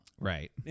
Right